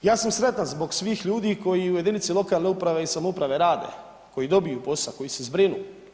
Ja sam sretan zbog svih ljudi koji u jedinici lokalne uprave i samouprave rade, koji dobiju posao, koji se zbrinu.